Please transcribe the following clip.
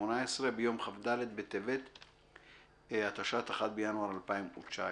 ביום כ"ד בטבת התשע"ט (1 בינואר 2019)""